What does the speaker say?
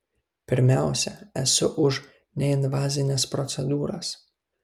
pirmiausia esu už neinvazines procedūras